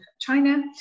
China